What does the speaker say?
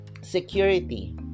security